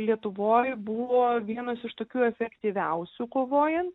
lietuvoj buvo vienos iš tokių efektyviausių kovojan